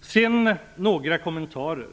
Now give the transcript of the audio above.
Sedan vill jag göra några kommentarer.